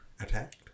attacked